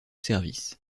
service